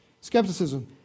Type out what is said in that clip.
skepticism